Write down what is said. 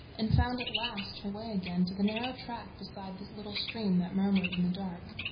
and found at last her way again to the narrow track beside the little stream that murmured in the dark.